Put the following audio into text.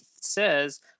says